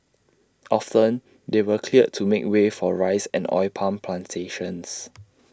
often they were cleared to make way for rice and oil palm Plantations